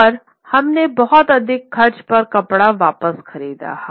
और हमने बहुत अधिक खर्च पर कपड़ा वापस खरीदा